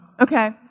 Okay